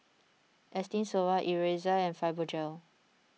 Esteem Stoma Ezerra and Fibogel